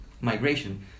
migration